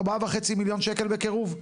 4.5 מיליון שקלים בקירוב?